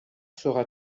sera